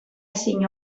ezin